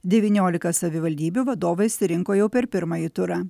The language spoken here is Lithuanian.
devyniolika savivaldybių vadovai surinko jau per pirmąjį turą